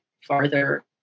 farther